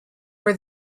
were